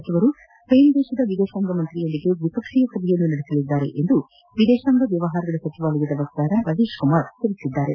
ಸಚಿವರು ಸ್ವೇನ್ ದೇಶದ ವಿದೇಶಾಂಗ ಮಂತ್ರಿಯೊಂದಿಗೆ ದ್ವಿಪಕ್ಷೀಯ ಸಭೆಯನ್ನು ನಡೆಸಲಿದ್ದಾರೆ ಎಂದು ವಿದೇಶಾಂಗ ವ್ಯವಹಾರಗಳ ಸಚಿವಾಲಯದ ವಕ್ತಾರರಾದ ರವೀಶ್ ಕುಮಾರ್ ತಿಳಿಸಿದ್ದಾರೆ